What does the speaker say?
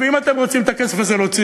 אם אתם רוצים להוציא